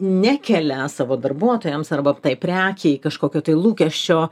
nekelia savo darbuotojams arba tai prekei kažkokio tai lūkesčio